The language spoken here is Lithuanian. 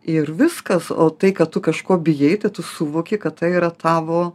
ir viskas o tai kad tu kažko bijai tai tu suvoki kad tai yra tavo